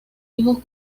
hijos